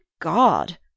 God